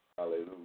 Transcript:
Hallelujah